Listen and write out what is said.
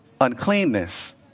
uncleanness